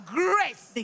grace